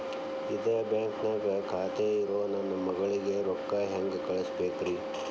ಇದ ಬ್ಯಾಂಕ್ ನ್ಯಾಗ್ ಖಾತೆ ಇರೋ ನನ್ನ ಮಗಳಿಗೆ ರೊಕ್ಕ ಹೆಂಗ್ ಕಳಸಬೇಕ್ರಿ?